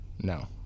No